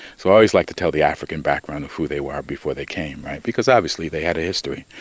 so i always like to tell the african background of who they were before they came right? because obviously, they had a history.